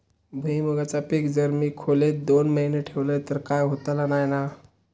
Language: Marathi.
भुईमूगाचा पीक जर मी खोलेत दोन महिने ठेवलंय तर काय होतला नाय ना?